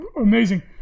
amazing